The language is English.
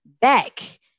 back